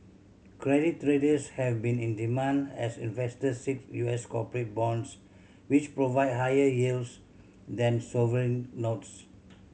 credit traders have been in demand as investors seek U S corporate bonds which provide higher yields than sovereign notes